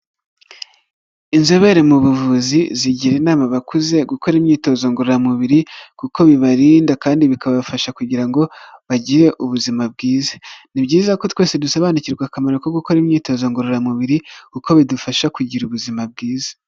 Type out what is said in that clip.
Inzobere mu buvuzi zigira inama abakuze, gukora imyitozo ngororamubiri kuko bibarinda kandi bikabafasha kugira ngo bagire ubuzima bwiza, ni byiza ko twese dusobanukirwa akamaro ko gukora imyitozo ngororamubiri, kuko bidufasha kugira ubuzima bwiza.